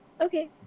Okay